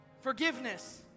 Forgiveness